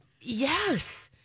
Yes